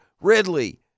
Ridley